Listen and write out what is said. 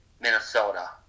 Minnesota